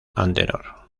antenor